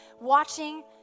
watching